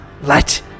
Let